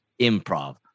improv